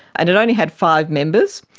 and it only had five members,